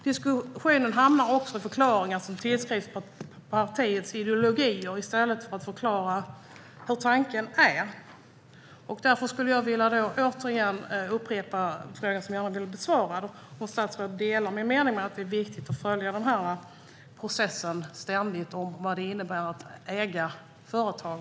Det blir också diskussion om partiernas ideologier i stället för att förklara vad tanken är. Därför vill jag återigen upprepa frågan som jag gärna vill ha svar på. Delar statsrådet min mening om att det är viktigt att ständigt följa den processen, om vad det innebär att äga företag?